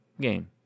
game